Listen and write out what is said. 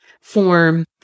form